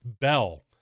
Bell